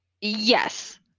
yes